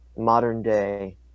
modern-day